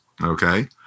Okay